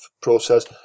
process